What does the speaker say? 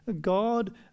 God